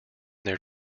their